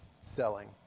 selling